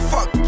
Fuck